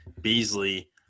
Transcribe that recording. Beasley